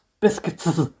biscuits